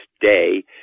day